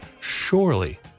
surely